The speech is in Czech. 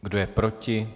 Kdo je proti?